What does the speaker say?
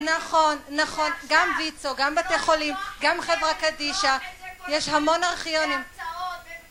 נכון, נכון, גם ויצאו, גם בתי חולים, גם חבר'ה קדישה, יש המון ארכיונים